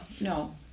no